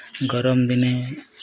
ଗରମ ଦିନେ